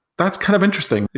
that's kind of interesting.